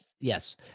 Yes